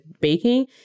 baking